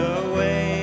away